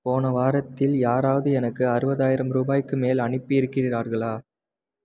போன வாரத்தில் யாராவது எனக்கு அறுபதாயிரம் ரூபாய்க்கு மேல் அனுப்பி இருக்கிறார்களா